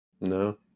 No